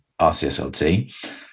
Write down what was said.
RCSLT